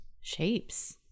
Shapes